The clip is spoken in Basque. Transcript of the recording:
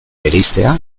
bereiztea